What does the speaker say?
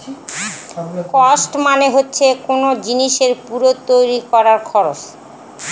cost মানে হচ্ছে কোন জিনিসের পুরো তৈরী করার খরচ